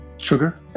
Sugar